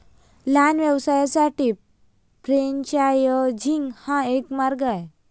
लहान व्यवसायांसाठी फ्रेंचायझिंग हा एक मार्ग आहे